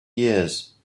years